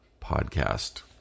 podcast